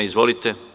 Izvolite.